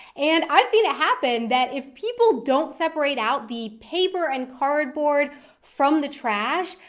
and i've seen it happen that if people don't separate out the paper and cardboard from the trash,